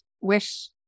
wish